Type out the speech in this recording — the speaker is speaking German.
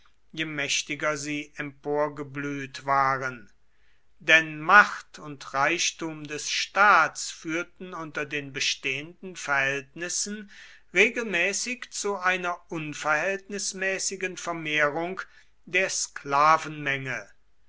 je mächtiger sie emporgeblüht waren denn macht und reichtum des staats führten unter den bestehenden verhältnissen regelmäßig zu einer unverhältnismäßigen vermehrung der